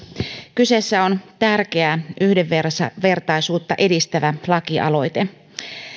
kyseessä on tärkeä yhdenvertaisuutta edistävä lakialoite